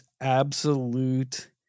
absolute